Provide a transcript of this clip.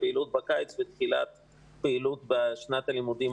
הפעילות בקיץ ותחילת הפעילות בתחילת שנת הלימודים